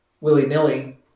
willy-nilly